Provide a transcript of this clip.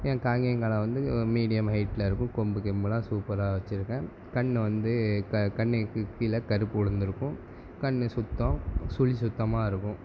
என் காங்கேயன் காளை வந்து ஒரு மீடியம் ஹைட்ல இருக்கும் கொம்பு கிம்புலாம் சூப்பராக வச்சிருக்கேன் கண் வந்து இப்போ கண்ணுக்கு கீழே கருப்பு விலுந்துருக்கும் கண் சுத்தம் சுழி சுத்தமாக இருக்கும்